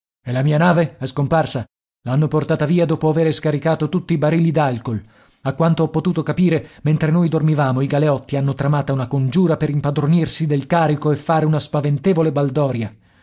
e la mia nave è scomparsa l'hanno portata via dopo avere scaricato tutti i barili d'alcool a quanto ho potuto capire mentre noi dormivamo i galeotti hanno tramata una congiura per impadronirsi del carico e fare una spaventevole baldoria